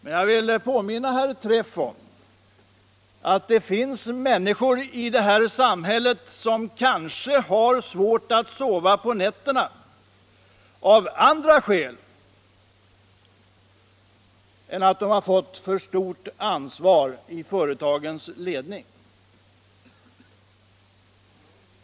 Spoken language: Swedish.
Men jag vill påminna herr Träff om att det finns människor i det här samhället som kanske har svårt att sova på nätterna av andra skäl än att de har fått för stort ansvar för företagets ledning.